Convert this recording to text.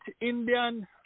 Indian